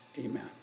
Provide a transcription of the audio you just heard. Amen